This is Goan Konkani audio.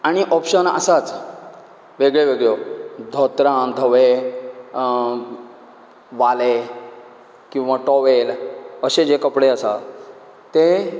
आनी ऑप्शन्स आसाच वेगळ्यो वेगळ्यो धोतरां धवें वाले किंवां टोवेल अशें जे कपडे आसा तें